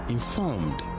Informed